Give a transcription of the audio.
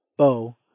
bow